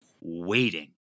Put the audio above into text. waiting